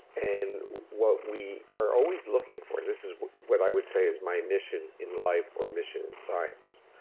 and what we are always looking for, this is what i would say is my mission in life or mission in science,